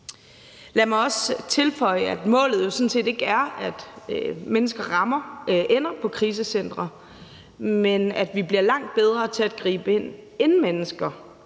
Lad mig også tilføje, at målet jo sådan set ikke er, at mennesker ender på krisecentre, men at vi bliver langt bedre til at gribe ind, inden mennesker